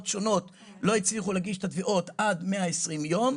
שונות לא הצליחו להגיש את התביעות עד 120 יום,